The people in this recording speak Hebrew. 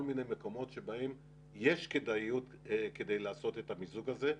מיני מקומות שבהם יש כדאיות כדי לעשות את המיזוג הזה.